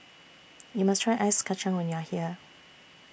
YOU must Try Ice Kacang when YOU Are here